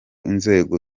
inzego